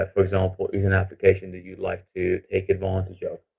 ah for example, even applications that you'd like to take advantage of